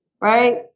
right